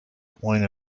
point